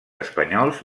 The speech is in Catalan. espanyols